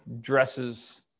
dresses